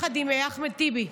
יחד עם אחמד טיבי,